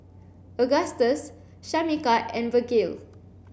Agustus Shamika and Virgle